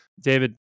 David